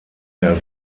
her